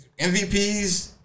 MVPs